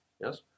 Yes